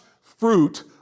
fruit